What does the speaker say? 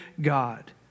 God